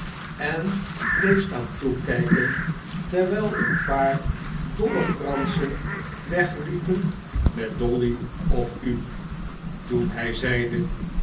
en bleef staan toekrjken terwijl een paar dolle franschen wegliepen met dolly of u toen hij zeide